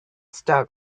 start